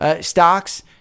stocks